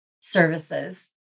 services